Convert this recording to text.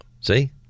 See